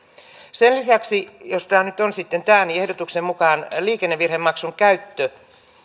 sen lisäksi jos tämä on nyt sitten tämä ehdotuksen mukaan liikennevirhemaksun käyttö